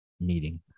meeting